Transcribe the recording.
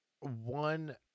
one